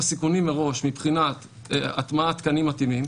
הסיכונים מראש מבחינת הטמעת תקנים מתאימים,